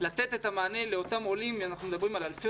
לתת את המענה לאותם עולים ואנחנו מדברים על אלפי